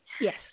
Yes